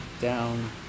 down